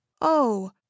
Oh